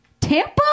Tampa